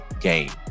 game